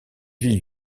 ville